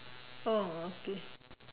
oh okay